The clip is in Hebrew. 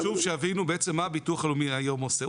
חשוב שיבינו בעצם מה הביטוח הלאומי היום עושה.